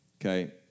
Okay